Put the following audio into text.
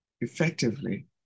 effectively